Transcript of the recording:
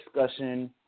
discussion